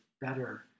better